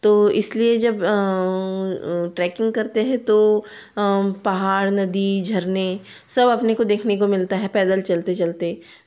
तो इसलिए जब ट्रैकिंग करते हैं तो पहाड़ नदी झरने सब अपने को देखने को मिलता है पैदल चलते चलते